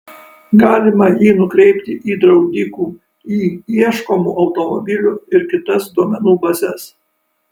galima jį nukreipti į draudikų į ieškomų automobilių ir kitas duomenų bazes